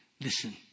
listen